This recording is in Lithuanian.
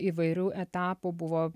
įvairių etapų buvo